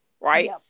right